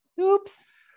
Oops